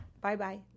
Bye-bye